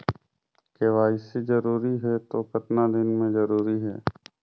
KYC जरूरी हे तो कतना दिन मे जरूरी है?